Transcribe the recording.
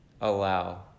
allow